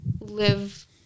live